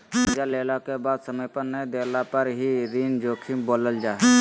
कर्जा लेला के बाद समय पर नय देला पर ही ऋण जोखिम बोलल जा हइ